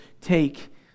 take